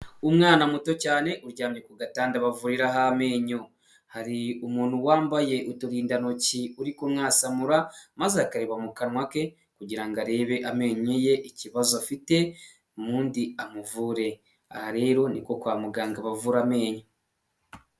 Umwana muto cyane uryamye ku gatanda bavuriraho amenyo, hari umuntu wambaye uturindantoki uri kumwasamura maze akareba mu kanwa ke kugira ngo arebe amenyo ye ikibazo afite ubundi amuvure, aha rero ni ko kwa muganga bavura amenyo.